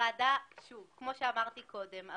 כמו שאמרתי קודם,